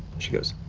she goes,